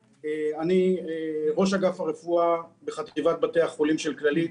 אני ראש אגף הרפואה בחטיבת בתי החולים של שירותי בריאות כללית.